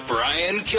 Brian